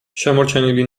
შემორჩენილი